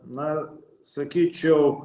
na sakyčiau